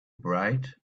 bright